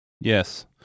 yes